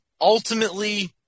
ultimately